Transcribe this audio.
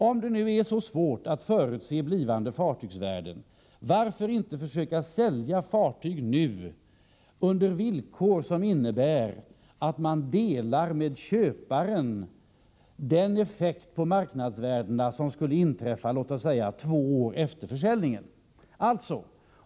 Om det nu är så svårt att förutse blivande fartygsvärden, varför då inte försöka sälja fartyg nu under villkor som innebär att man med köparen delar den effekt på marknadsvärdena som skulle kunna inträffa låt oss säga två år efter försäljningen.